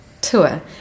tour